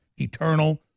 eternal